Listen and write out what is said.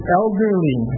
elderly